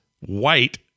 white